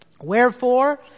Wherefore